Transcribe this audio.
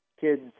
kid's